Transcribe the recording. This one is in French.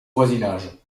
voisinage